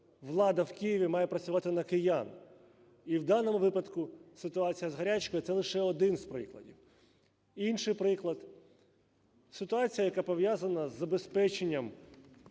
Влада в Києві має працювати на киян. І в даному випадку ситуація з Гарячкою - це лише один з прикладів. Інший приклад. Ситуація, яка пов'язана з забезпеченням